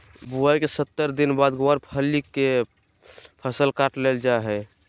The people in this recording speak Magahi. बुआई के सत्तर दिन बाद गँवार फली के फसल काट लेल जा हय